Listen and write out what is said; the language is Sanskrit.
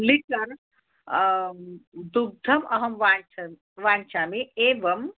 लिटर् दुग्धम् अहं वाञ्छत् वाञ्छामि एवम्